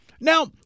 now